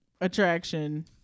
attraction